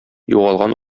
югалган